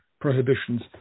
prohibitions